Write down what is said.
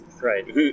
right